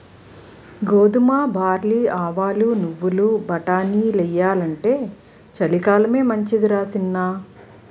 గోధుమ, బార్లీ, ఆవాలు, నువ్వులు, బటానీలెయ్యాలంటే చలికాలమే మంచిదరా సిన్నా